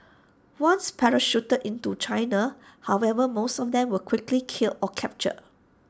once parachuted into China however most of them were quickly killed or captured